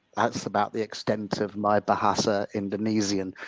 that's about the extent of my bahasa indonesian.